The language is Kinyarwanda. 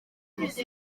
yise